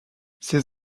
ses